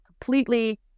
completely